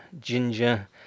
ginger